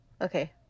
okay